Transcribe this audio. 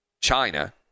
China